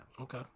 Okay